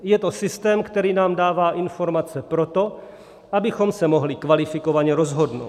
Je to systém, který nám dává informace pro to, abychom se mohli kvalifikovaně rozhodnout.